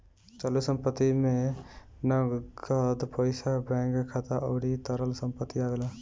चालू संपत्ति में नगद पईसा बैंक खाता अउरी तरल संपत्ति आवेला